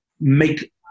make